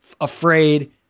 afraid